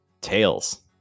Tails